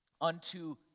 unto